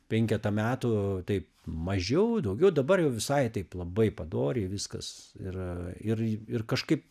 penketą metų taip mažiau daugiau dabar jau visai taip labai padoriai viskas ir ir ir kažkaip